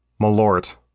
malort